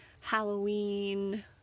Halloween